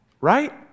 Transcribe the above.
right